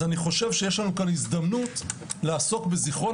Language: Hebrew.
אז אני חושב שיש לנו כאן הזדמנות לעסוק בזיכרון